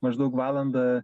maždaug valandą